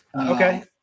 Okay